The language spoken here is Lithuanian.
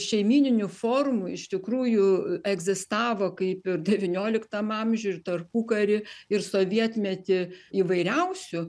šeimyninių formų iš tikrųjų egzistavo kaip ir devynioliktam amžiui ir tarpukary ir sovietmety įvairiausių